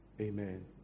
Amen